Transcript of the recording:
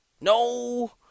No